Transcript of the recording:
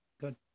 Good